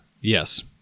Yes